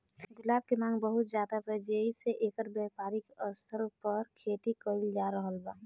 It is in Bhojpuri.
गुलाब के मांग बहुत ज्यादा बा जेइसे एकर व्यापारिक स्तर पर खेती कईल जा रहल बा